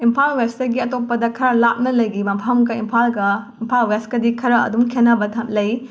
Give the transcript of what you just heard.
ꯏꯝꯐꯥꯜ ꯋꯦꯁꯇꯒꯤ ꯑꯇꯣꯞꯄꯗ ꯈꯔ ꯂꯥꯞꯅ ꯂꯩꯈꯤꯕ ꯃꯐꯝꯒ ꯏꯝꯐꯥꯜꯒ ꯏꯝꯐꯥꯜ ꯋꯦꯁꯀꯗꯤ ꯈꯔ ꯑꯗꯨꯝ ꯈꯦꯠꯅꯕ ꯂꯩ